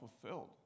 fulfilled